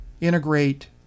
integrate